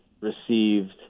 received